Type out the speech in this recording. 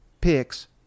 picks